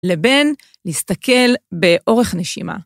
לבין, להסתכל באורך נשימה.